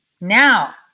Now